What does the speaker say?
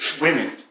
Women